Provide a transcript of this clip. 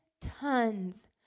tons